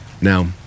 Now